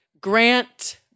Grant